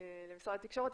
למשרד התקשורת.